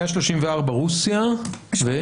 מה